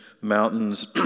Mountains